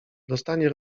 dostanie